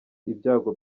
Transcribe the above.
ibyago